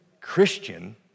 Christian